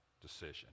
decision